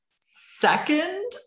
second